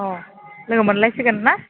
अ लोगो मोनलायसिगोन ना